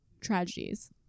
tragedies